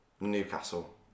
Newcastle